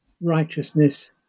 righteousness